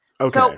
Okay